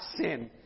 sin